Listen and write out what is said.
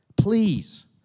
please